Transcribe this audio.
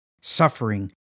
suffering